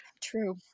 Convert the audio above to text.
true